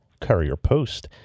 Courier-Post